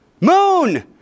Moon